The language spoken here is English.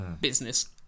business